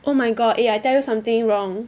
oh my god eh I tell you something wrong